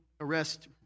arrest